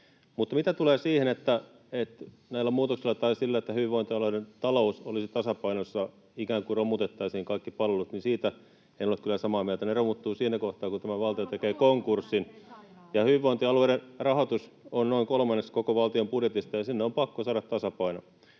Mutta mitä tulee siihen, että näillä muutoksilla tai sillä, että hyvinvointialueiden talous olisi tasapainossa, ikään kuin romutettaisiin kaikki palvelut, niin siitä en ole kyllä samaa mieltä. Ne romuttuvat siinä kohtaa, kun tämä valtio tekee konkurssin. Hyvinvointialueiden rahoitus on noin kolmannes koko valtion budjetista, ja sinne on pakko saada tasapaino.